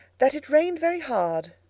that it rained very hard,